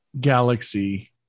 Galaxy